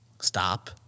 Stop